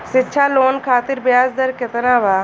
शिक्षा लोन खातिर ब्याज दर केतना बा?